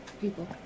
people